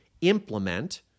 implement